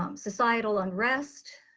um societal unrest.